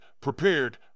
prepared